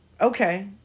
Okay